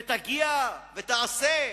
ותגיע ותעשה,